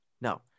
no